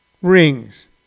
rings